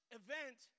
event